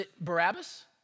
Barabbas